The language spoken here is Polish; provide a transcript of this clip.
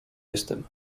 jestem